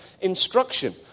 instruction